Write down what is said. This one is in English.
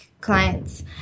clients